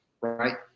right